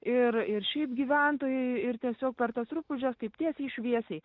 ir ir šiaip gyventojai ir tiesiog per tas rupūžes taip tiesiai šviesiai